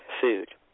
food